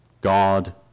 God